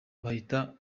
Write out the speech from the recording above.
bahita